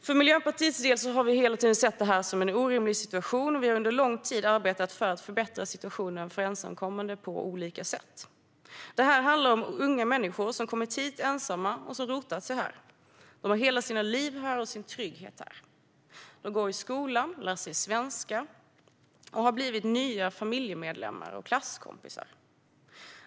För Miljöpartiets del har vi hela tiden sett detta som en orimlig situation, och vi har under lång tid arbetat för att förbättra situationen för ensamkommande på olika sätt. Det handlar om unga människor som har kommit hit ensamma och rotat sig här. De har hela sitt liv och sin trygghet här. De går i skolan, lär sig svenska och har blivit nya familjemedlemmar och klasskompisar.